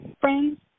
friends